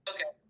Okay